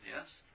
yes